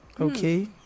Okay